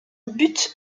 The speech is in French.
but